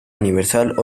universal